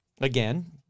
Again